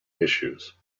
issues